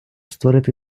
створити